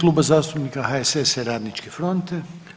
Kluba zastupnika HSS-a i Radničke fronte.